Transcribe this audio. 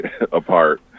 apart